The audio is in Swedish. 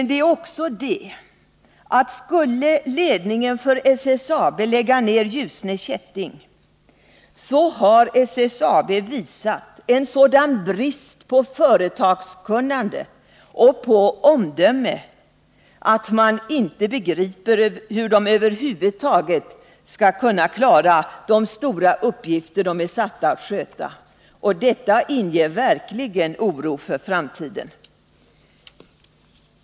Det är också så att om ledningen för SSAB skulle lägga ner Ljusne Kätting, så har SSAB därmed visat en sådan brist på företagskunnande och omdöme att jag inte begriper hur SSAB över huvud taget skall kunna klara de stora uppgifter som företaget är satt att sköta. Detta inger verkligen oro för framtiden.